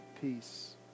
peace